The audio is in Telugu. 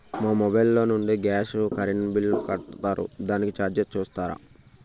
మా మొబైల్ లో నుండి గాస్, కరెన్ బిల్ కడతారు దానికి చార్జెస్ చూస్తారా?